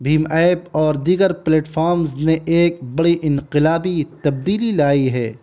Bhim app اور دیگر platforms نے ایک بڑی انقلابی تبدیلی لائی ہے